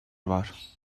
var